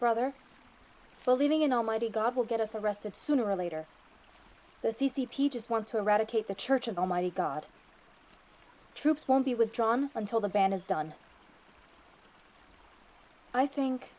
brother for leaving an almighty god will get us arrested sooner or later the c c p just want to eradicate the church of almighty god troops won't be withdrawn until the ban is done i think